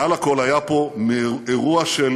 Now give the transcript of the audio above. מעל לכול היה פה אירוע של